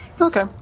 Okay